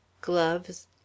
Gloves